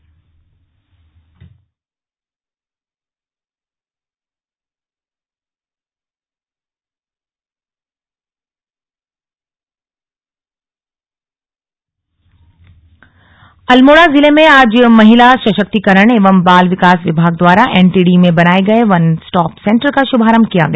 शुभारंभ अल्मोड़ा जिले में आज महिला सशक्तीकरण एवं बाल विकास विभाग द्वारा एन टी डी में बनाये गये वन स्टॉप सेन्टर का शुभारम्भ किया गया